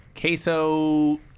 queso